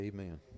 Amen